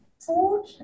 food